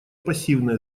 пассивное